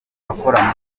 bakora